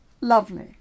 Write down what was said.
lovely